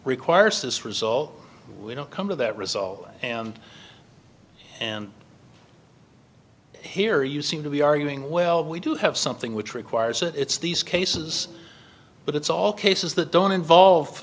requires this result we don't come to that result and here you seem to be arguing well we do have something which requires it it's these cases but it's all cases that don't involve